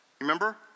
Remember